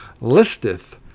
listeth